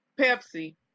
Pepsi